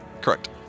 Correct